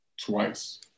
Twice